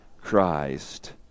Christ